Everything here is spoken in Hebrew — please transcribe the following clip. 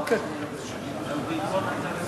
בעקבות הצעה